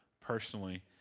personally